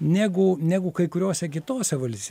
negu negu kai kuriose kitose vals